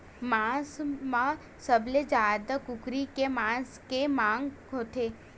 मांस म सबले जादा कुकरा के मांस के मांग होथे